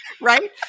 right